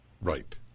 Right